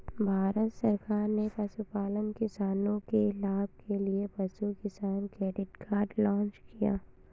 भारत सरकार ने पशुपालन किसानों के लाभ के लिए पशु किसान क्रेडिट कार्ड लॉन्च किया